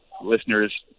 listeners